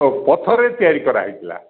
ପଥରରେ ତିଆରି କରାହେଇଥିଲା